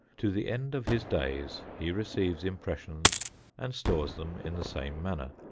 to the end of his days he receives impressions and stores them in the same manner.